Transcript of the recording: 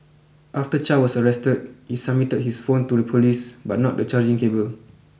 after Chow was arrested he submitted his phone to the police but not the charging cable